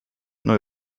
nur